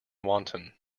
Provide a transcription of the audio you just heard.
wanton